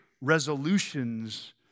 resolutions